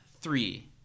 three